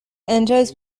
enjoys